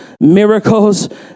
miracles